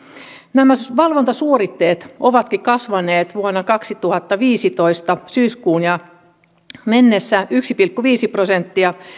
nämä valvontasuoritteet ovatkin kasvaneet vuonna kaksituhattaviisitoista syyskuuhun mennessä yksi pilkku viisi prosenttia